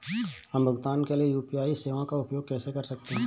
हम भुगतान के लिए यू.पी.आई सेवाओं का उपयोग कैसे कर सकते हैं?